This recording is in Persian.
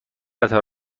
قطار